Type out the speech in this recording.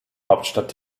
hauptstadt